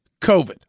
COVID